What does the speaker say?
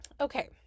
okay